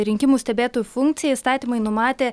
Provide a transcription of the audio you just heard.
rinkimų stebėtojų funkciją įstatymai numatė